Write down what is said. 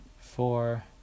four